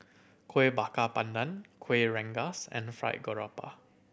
Kuih Bakar Pandan Kuih Rengas and Fried Garoupa